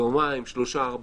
יומיים, שלושה, ארבעה.